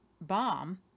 bomb